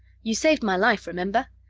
you saved my life, remember?